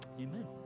Amen